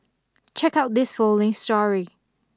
check out this following story